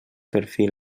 perfil